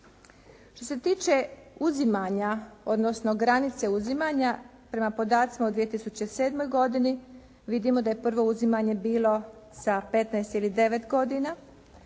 Što se tiče uzimanja odnosno granice uzimanja prema podacima u 2007. godini vidimo da je prvo uzimanje bilo sa 15 ili 9 godina.